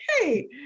hey